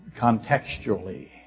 contextually